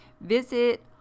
Visit